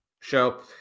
show